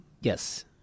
yes